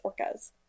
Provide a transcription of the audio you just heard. orcas